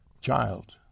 Child